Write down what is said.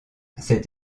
cette